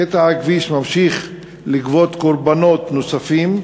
קטע הכביש ממשיך לגבות קורבנות נוספים,